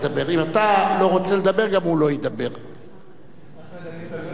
אם אתה לא רוצה לדבר, גם הוא לא ידבר.